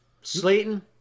Slayton